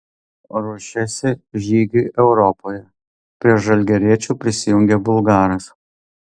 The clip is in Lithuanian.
ruošiasi žygiui europoje prie žalgiriečių prisijungė bulgaras